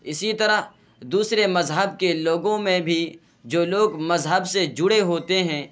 اسی طرح دوسرے مذہب کے لوگوں میں بھی جو لوگ مذہب سے جڑے ہوتے ہیں